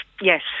yes